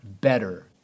better